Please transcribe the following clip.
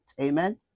amen